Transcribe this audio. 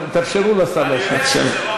תאפשרו לשר להשיב בבקשה.